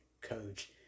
coach